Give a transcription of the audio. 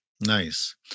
Nice